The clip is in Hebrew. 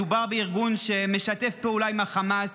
מדובר בארגון שמשתף פעולה עם החמאס,